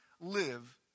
live